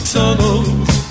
tunnels